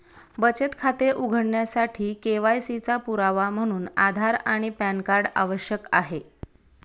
बचत खाते उघडण्यासाठी के.वाय.सी चा पुरावा म्हणून आधार आणि पॅन कार्ड आवश्यक आहे